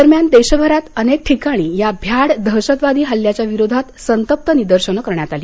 दरम्यान देशभरात अनेक ठिकाणी या भ्याड दहशतवादी हल्ल्याच्या विरोधात संतप्त निदर्शनं करण्यात आली